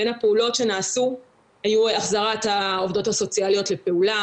בין הפעולות שנעשו היו החזרת העובדות הסוציאליות לפעולה,